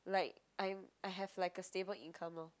like I'm I have like a stable income lor